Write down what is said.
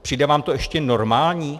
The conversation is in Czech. Přijde vám to ještě normální?